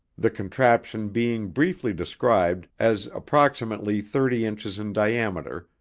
the contraption being briefly described as approximately thirty inches in diameter,